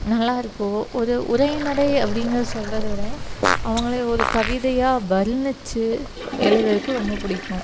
நல்லா இருக்கும் ஒரு உரைநடை அப்படிங்கிறத சொல்றதை விட அவங்கள ஒரு கவிதையா வர்ணிச்சு எழுதுகிறக்கு ரொம்ப பிடிக்கும்